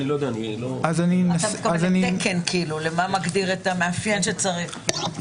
אתה מתכוון לתקן, מה הגדרת המאפיין שצריך.